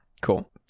Cool